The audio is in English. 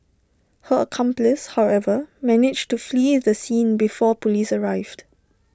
her accomplice however managed to flee the scene before Police arrived